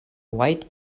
white